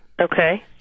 Okay